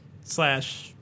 Slash